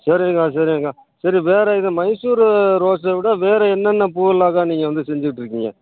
சரிங்கா சரிங்கா சரி வேறு இ மைசூரு ரோஸ் விட வேறு என்னென்ன பூவெல்லாங்கா நீங்கள் வந்து செஞ்சுக்கிட்ருக்கீங்க